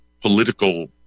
political